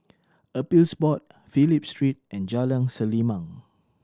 Appeals Board Phillip Street and Jalan Selimang